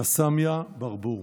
רסמיה ברבור